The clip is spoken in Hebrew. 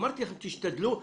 אמרתי לכם, רבותיי,